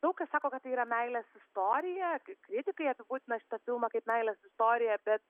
daug kas sako kad tai yra meilės istorija kritikai apibūdina šitą filmą kaip meilės istoriją bet